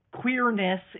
queerness